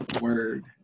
word